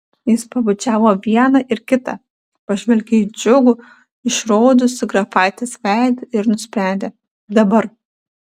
jis pabučiavo vieną ir kitą pažvelgė į džiugų išraudusį grafaitės veidą ir nusprendė dabar